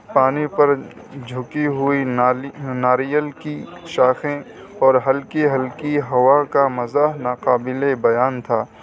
پانی پر جھکی ہوئی نالی ناریل کی شاخیں اور ہلکی ہلکی ہوا کا مزہ ناقابل بیان تھا